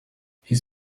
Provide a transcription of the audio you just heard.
his